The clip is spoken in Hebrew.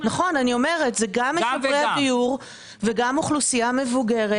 אלה גם משפרי הדיור וגם אוכלוסייה מבוגרת.